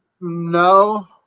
no